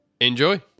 Enjoy